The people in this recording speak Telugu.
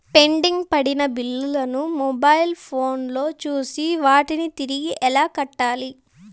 పెండింగ్ పడిన బిల్లులు ను మొబైల్ ఫోను లో చూసి వాటిని తిరిగి ఎలా కట్టాలి